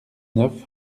neuf